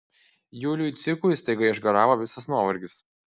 juliui cikui staiga išgaravo visas nuovargis